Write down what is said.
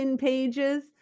pages